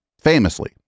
Famously